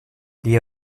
die